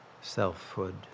selfhood